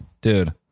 Dude